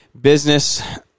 business